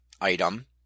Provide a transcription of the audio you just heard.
item